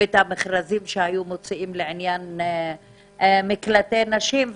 ואת המכרזים שהיו מוציאים לעניין מקלטי נשים,